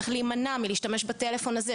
צריך להימנע מלהשתמש בטלפון הזה,